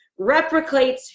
replicates